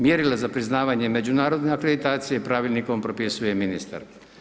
Mjerila za priznavanje međunarodne akreditacije, pravilnikom propisuje ministar.